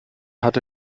hatte